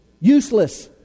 useless